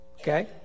okay